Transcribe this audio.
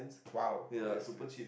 !wow! yes yes